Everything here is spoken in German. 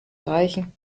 reichen